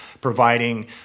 providing